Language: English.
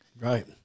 right